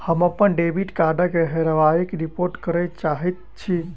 हम अप्पन डेबिट कार्डक हेराबयक रिपोर्ट करय चाहइत छि